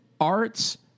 arts